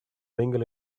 mingle